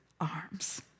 arms